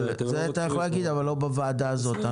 את זה אתה יכול להגיד אבל לא בוועדה הזאת.